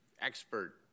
expert